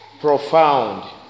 profound